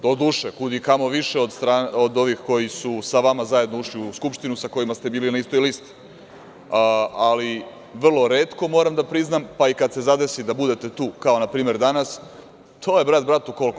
Doduše, kud i kamo više od ovih koji su sa vama zajedno ušli u Skupštinu, sa kojima ste bili na istoj listi, ali vrlo retko moram da priznam, pa i kada se zadesi da budete tu kao na primer danas, to je brat bratu, koliko?